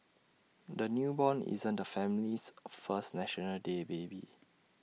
the newborn isn't the family's first National Day baby